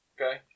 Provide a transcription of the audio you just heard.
okay